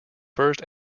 first